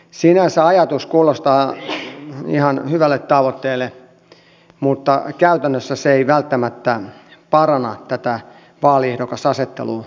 sinänsä ajatus kuulostaa ihan hyvälle tavoitteelle mutta käytännössä se ei välttämättä paranna tätä vaaliehdokasasettelua juurikaan